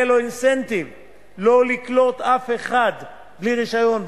יהיה לו אינסנטיב שלא לקלוט אף אחד בלי רשיון,